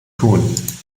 tun